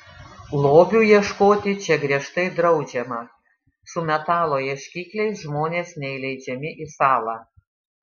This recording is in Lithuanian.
lobių ieškoti čia griežtai draudžiama su metalo ieškikliais žmonės neįleidžiami į salą